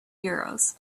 euros